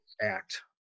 act